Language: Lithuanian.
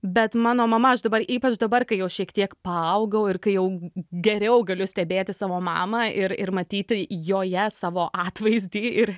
bet mano mama aš dabar ypač dabar kai jau šiek tiek paaugau ir kai jau geriau galiu stebėti savo mamą ir ir matyti joje savo atvaizdį ir